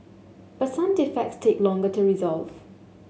but some defects take longer to resolve